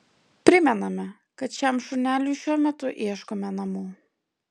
primename kad šiam šuneliui šiuo metu ieškome namų